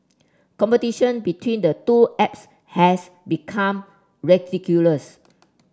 competition between the two apps has become ridiculous